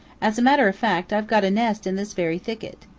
as a matter of fact, i've got a nest in this very thicket.